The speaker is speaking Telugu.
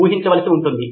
ఊహించవలసి ఉంటుంది